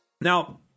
Now